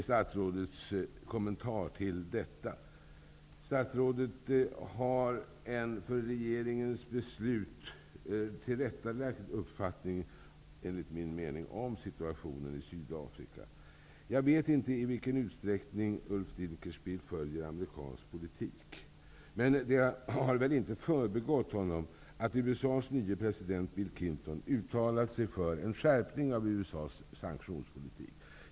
Statsrådet har en, enligt min uppfattning, för regeringens beslut tillrättalagd uppfattning om situationen i Sydafrika. Jag vet inte i vilken utsträckning som Ulf Dinkelspiel följer amerikansk politik. Men det har väl inte förbigått honom att USA:s nye president Bill Clinton har uttalat sig för en skärpning av USA:s sanktionspolitik.